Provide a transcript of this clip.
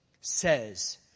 says